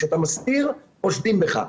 כשאתה מסביר, חושדים בך.